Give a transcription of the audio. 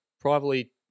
privately